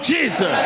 Jesus